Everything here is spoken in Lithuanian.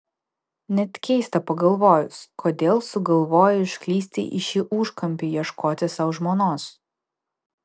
net keista pagalvojus kodėl sugalvojai užklysti į šį užkampį ieškoti sau žmonos